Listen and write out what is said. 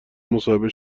مصاحبه